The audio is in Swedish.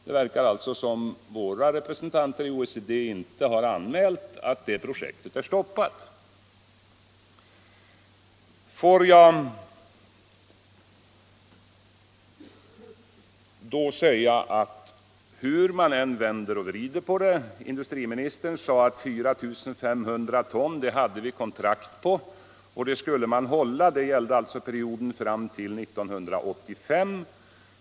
Det verkar alltså som om Sveriges representanter i OECD inte har anmält att det projektet är stoppat. Industriministern sade att 4 500 ton hade vi kontrakt på, och det skulle man hålla; det gällde alltså perioden fram till 1985.